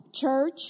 church